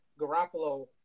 Garoppolo